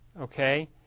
okay